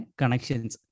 connections